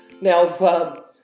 Now